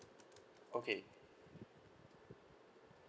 okay